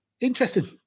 interesting